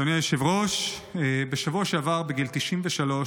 אדוני היושב-ראש, בשבוע שעבר, בגיל 93,